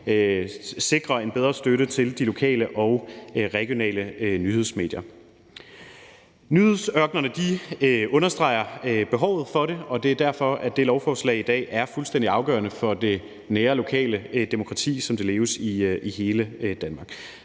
sikrer en bedre støtte til de lokale og regionale nyhedsmedier. Nyhedsørkenerne understreger behovet for det, og det er derfor, at det lovforslag i dag er fuldstændig afgørende for det nære, lokale demokrati, som leves i hele Danmark.